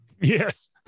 Yes